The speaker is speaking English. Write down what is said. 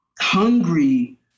hungry